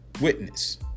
witness